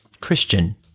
Christian